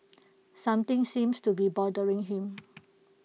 something seems to be bothering him